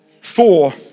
four